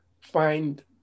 find